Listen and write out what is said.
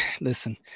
Listen